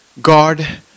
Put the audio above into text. God